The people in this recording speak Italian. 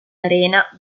arena